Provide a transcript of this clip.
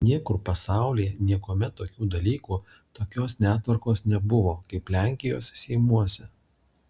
niekur pasaulyje niekuomet tokių dalykų tokios netvarkos nebuvo kaip lenkijos seimuose